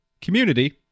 community